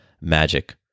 magic